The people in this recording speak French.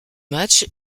match